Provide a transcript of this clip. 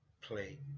play